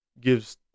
gives